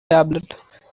tablet